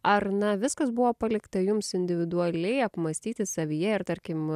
ar na viskas buvo palikta jums individualiai apmąstyti savyje ir tarkim